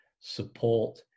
support